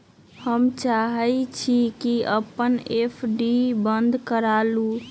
हम चाहई छी कि अपन एफ.डी बंद करा लिउ